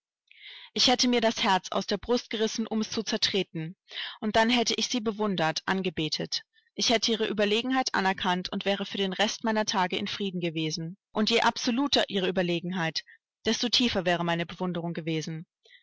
ich hätte mir das herz aus der brust gerissen um es zu zertreten und dann hätte ich sie bewundert angebetet ich hätte ihre überlegenheit anerkannt und wäre für den rest meiner tage in frieden gewesen und je absoluter ihre überlegenheit desto tiefer wäre meine bewunderung gewesen